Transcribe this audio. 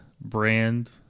brand